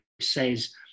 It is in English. says